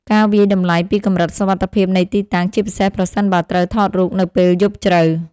ការវាយតម្លៃពីកម្រិតសុវត្ថិភាពនៃទីតាំង ជាពិសេសប្រសិនបើត្រូវថតរូបនៅពេលយប់ជ្រៅ។